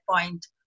point